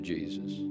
Jesus